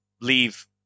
leave